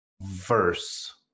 verse